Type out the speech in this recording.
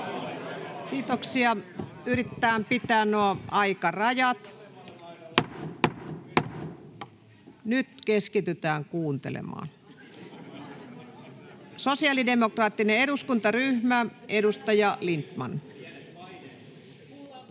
— Nyt keskitytään kuuntelemaan. — Sosiaalidemokraattinen eduskuntaryhmä, edustaja Lindtman.